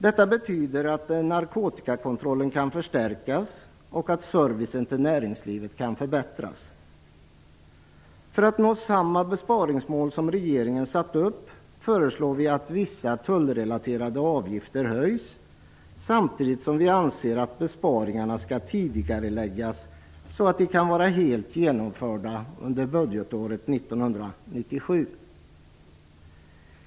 Detta betyder att narkotikakontrollen kan förstärkas och att servicen till näringslivet förbättras. För att nå samma besparingsmål som regeringen satt upp föreslår vi att vissa tullrelaterade avgifter höjs samtidigt som vi anser att besparingarna skall tidigareläggas så att de kan vara helt genomförda under budgetåret 1997.